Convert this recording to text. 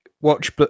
watch